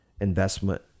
investment